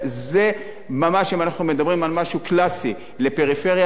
אם אנחנו מדברים על משהו קלאסי לפריפריה,